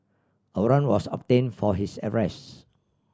a warrant was obtained for his arrest